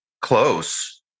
close